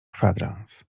kwadrans